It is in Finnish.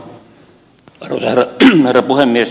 arvoisa herra puhemies